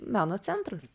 meno centras